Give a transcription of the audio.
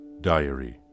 Diary